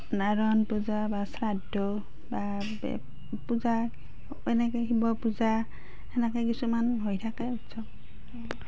নাৰায়ণ পূজা বা শ্ৰাদ্ধ বা পূজা এনেকৈ শিৱ পূজা সেনেকৈ কিছুমান হৈ থাকে উৎসৱ